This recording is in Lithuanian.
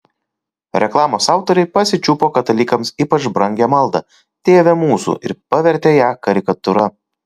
reklamos autoriai pasičiupo katalikams ypač brangią maldą tėve mūsų ir pavertė ją karikatūra